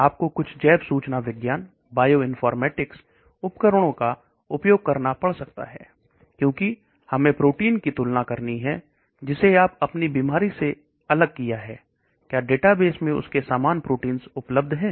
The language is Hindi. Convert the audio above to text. आपको कुछ जैन सूचना विज्ञान उपकरणों का उपयोग करना पड़ सकता है क्योंकि हमें प्रोटीन की तुलना करनी है जिसे आपने अपनी बीमारी से अलग किया है क्या डेटाबेस में उसके समान प्रोटींस उपलब्ध हैं